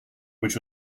which